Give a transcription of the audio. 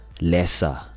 lesser